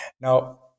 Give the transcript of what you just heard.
Now